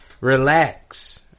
Relax